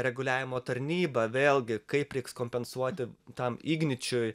reguliavimo tarnyba vėlgi kaip reiks kompensuoti tam igničiui